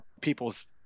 people's